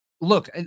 look